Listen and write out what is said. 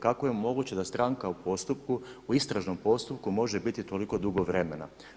Kako je moguće da stranka u postupku, u istražnom postupku može biti toliko dugo vremena.